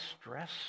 stress